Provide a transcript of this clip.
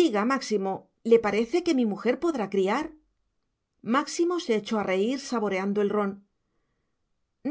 diga máximo le parece que mi mujer podrá criar máximo se echó a reír saboreando el ron